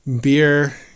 beer